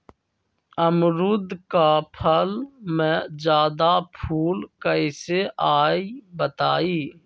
अमरुद क फल म जादा फूल कईसे आई बताई?